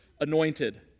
anointed